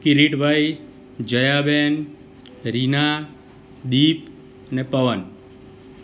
કિરીટભાઈ જયાબેન રીના દીપ ને પવન